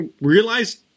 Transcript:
realize